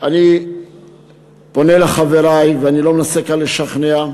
אני פונה לחברי, ואני לא מנסה כאן לשכנע: